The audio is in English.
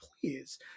please